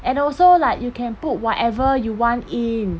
and also like you can put whatever you want in